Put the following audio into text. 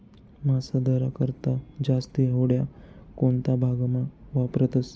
मासा धरा करता जास्ती होड्या कोणता भागमा वापरतस